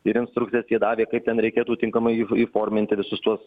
ir instrukcijas jie davė kaip ten reikėtų tinkamai įforminti visus tuos